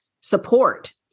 Support